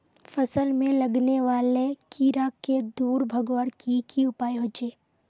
फसल में लगने वाले कीड़ा क दूर भगवार की की उपाय होचे?